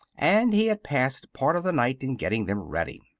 and he had passed part of the night in getting them ready.